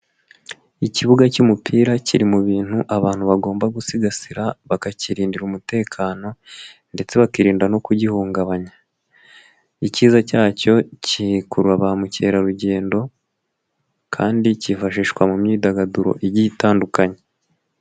Ikibuga cy'umupira kiri mu bintu abantu bagomba gusigasira bakakirindira umutekano ndetse bakirinda no kugihungabanya, icyiza cyacyo gikurura ba mukerarugendo kandi kifashishwa mu myidagaduro igiye itandukanye.